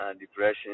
depression